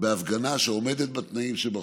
בהפגנה שעומדת בתנאים שבחוק,